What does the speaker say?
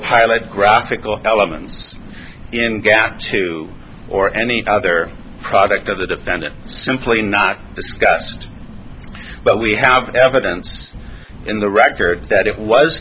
pilot graphical elements in gap two or any other project or the defendant simply not discussed but we have evidence in the records that it was